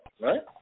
right